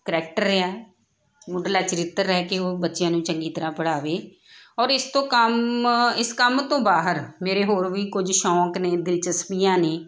character ਆ ਮੁੱਢਲਾ ਚਰਿੱਤਰ ਹੈ ਕੇ ਉਹ ਬੱਚਿਆਂ ਨੂੰ ਚੰਗੀ ਤਰ੍ਹਾਂ ਪੜ੍ਹਾਵੇ ਔਰ ਇਸ ਤੋਂ ਕੰਮ ਇਸ ਕੰਮ ਤੋਂ ਬਾਹਰ ਮੇਰੇ ਹੋਰ ਵੀ ਕੁਝ ਸ਼ੌਂਕ ਨੇ ਦਿਲਚਸਪੀਆਂ ਨੇ